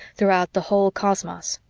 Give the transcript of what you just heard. throughout the whole cosmos.